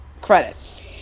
Credits